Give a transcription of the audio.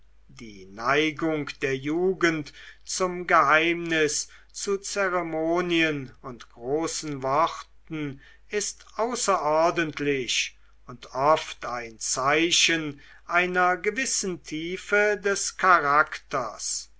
die neigung der jugend zum geheimnis zu zeremonien und großen worten ist außerordentlich und oft ein zeichen einer gewissen tiefe des charakters